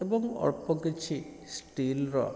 ଏବଂ ଅଳ୍ପ କିଛି ଷ୍ଟିଲ୍ର